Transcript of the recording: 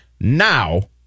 now